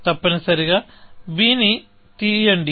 తప్పనిసరిగా b ని తీయండి